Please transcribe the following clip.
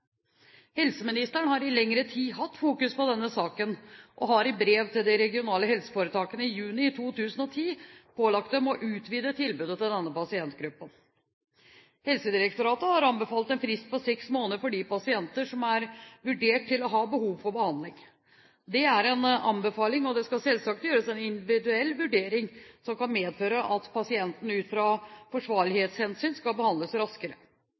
Helseministeren har i lengre tid hatt fokus på denne saken, og har i brev til de regionale helseforetakene i juni 2010 pålagt dem å utvide tilbudet til denne pasientgruppen. Helsedirektoratet har anbefalt en frist på seks måneder for de pasienter som er vurdert til å ha behov for behandling. Det er en anbefaling, og det skal selvsagt gjøres en individuell vurdering som kan medføre at pasienten ut fra forsvarlighetshensyn skal behandles raskere.